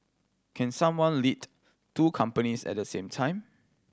can someone lead two companies at the same time